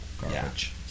garbage